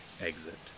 exit